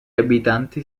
abitanti